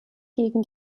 gegen